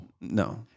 No